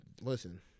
listen